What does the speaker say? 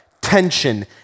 tension